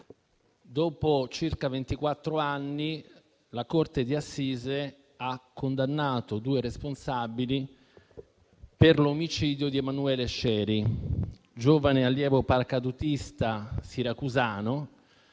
ventiquattro anni, la corte d'assise ha condannato due responsabili per l'omicidio di Emanuele Scieri, giovane allievo paracadutista siracusano